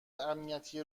امنیتی